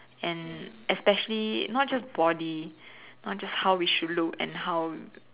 and especially not just body not just how we should look and how